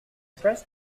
pressed